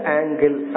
angle